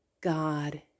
God